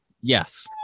Yes